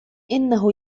إنه